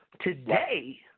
Today